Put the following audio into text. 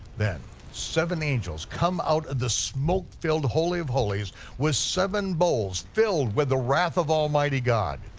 then, seven angels come out of the smoke-filled holy of holies with seven bowls filled with the wrath of almighty god.